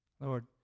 Lord